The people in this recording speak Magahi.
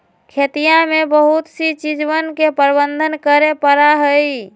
खेतिया में बहुत सी चीजवन के प्रबंधन करे पड़ा हई